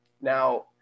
Now